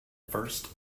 first